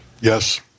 yes